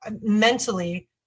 mentally